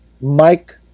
Mike